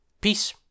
peace